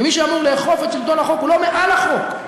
ומי שאמור לאכוף את החוק הוא לא מעל החוק,